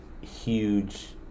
huge